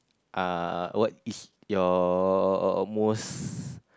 uh what is your most